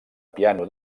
piano